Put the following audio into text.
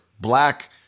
black